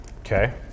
Okay